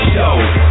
Show